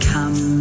Come